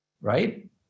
right